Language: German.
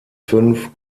fünf